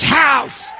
house